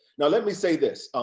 now let me say this.